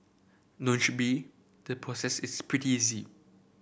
be the process is pretty easy